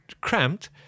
cramped